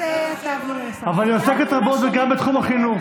אני עצרתי אותו מיוזמתי.